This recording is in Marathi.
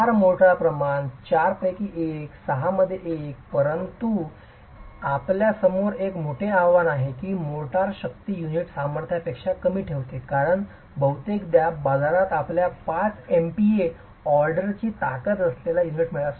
चार मोर्टार प्रमाण पाच पैकी एक सहा मध्ये एक परंतु आपल्यासमोर आज मोठे आव्हान आहे की मोर्टार शक्ती युनिट सामर्थ्यापेक्षा कमी ठेवणे कारण बहुतेकदा बाजारात आपल्याला 5 MPa ऑर्डरची ताकद असलेल्या युनिट्स मिळतात